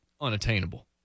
unattainable